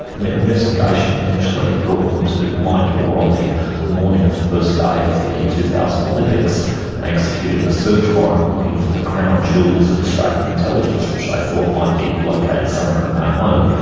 their investigation eventually brought them to my door on the the morning of the first day of the two thousand olympics. and they executed the search warrant, looking for the crown jewels of australian intelligence, which they thought might be located somewhere in my home.